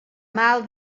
mal